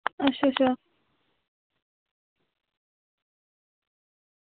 अच्छा अच्छा